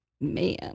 man